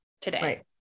today